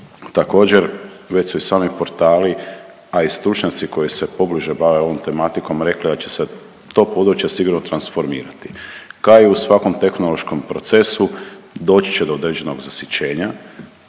Također već su i sami portali, a i stručnjaci koji se pobliže bave ovom tematikom rekli da će se to područje sigurno transformirati kao i u svakom tehnološkom procesu doći će do određenog zasićenja.